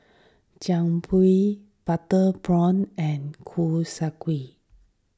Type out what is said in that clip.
Jian Dui Butter Prawn and Kuih Kaswi